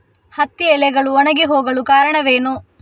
ಹತ್ತಿ ಎಲೆಗಳು ಒಣಗಿ ಹೋಗಲು ಕಾರಣವೇನು?